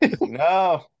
no